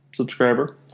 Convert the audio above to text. subscriber